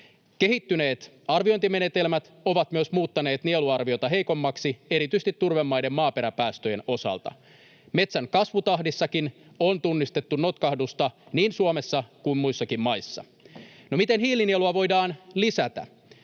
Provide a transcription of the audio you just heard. Kehittyneet arviointimenetelmät ovat myös muuttaneet nieluarviota heikommaksi erityisesti turvemaiden maaperäpäästöjen osalta. Metsän kasvutahdissakin on tunnistettu notkahdusta niin Suomessa kuin muissakin maissa. No miten hiilinielua voidaan lisätä?